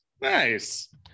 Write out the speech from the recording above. Nice